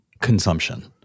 consumption